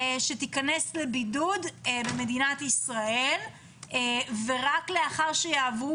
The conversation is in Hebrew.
תכנס לבידוד במדינת ישראל ורק לאחר שיעברו